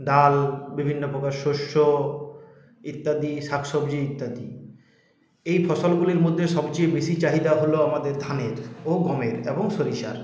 ডাল বিভিন্ন প্রকার শস্য ইত্যাদি শাক সবজি ইত্যাদি এই ফসলগুলির মধ্যে সবচেয়ে বেশি চাহিদা হল আমাদের ধানের ও গমের এবং সরিষার